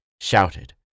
shouted